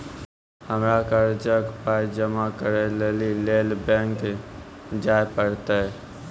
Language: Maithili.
हमरा कर्जक पाय जमा करै लेली लेल बैंक जाए परतै?